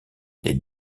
des